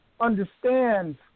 understands